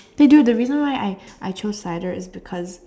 eh dude the reason why I I chose cider is because